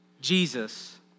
Jesus